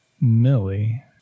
Millie